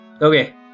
Okay